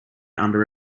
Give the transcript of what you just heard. under